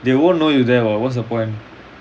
they won't know you there [what] what's the point